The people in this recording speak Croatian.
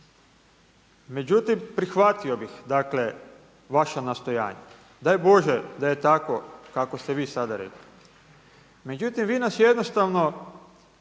Međutim prihvatio bih vaša nastojanja. Daj Bože da je tako kako ste vi sada rekli. Međutim vi nas jednostavno